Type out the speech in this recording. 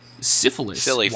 Syphilis